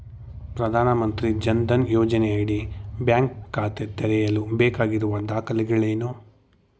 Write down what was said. ಪ್ರಧಾನಮಂತ್ರಿ ಜನ್ ಧನ್ ಯೋಜನೆಯಡಿ ಬ್ಯಾಂಕ್ ಖಾತೆ ತೆರೆಯಲು ಬೇಕಾಗಿರುವ ದಾಖಲೆಗಳೇನು?